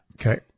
Okay